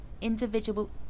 individual